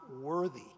worthy